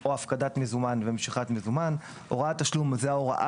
או הפקדת מזומן ומשיכת מזומן; "הוראת תשלום" היא ההוראה